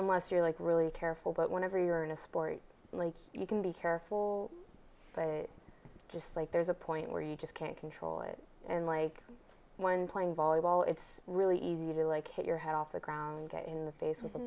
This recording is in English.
unless you're like really careful but whenever you're in a sport you can be careful but just like there's a point where you just can't control it and like when playing volleyball it's really easy to like hit your head off the ground in the face